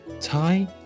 Thai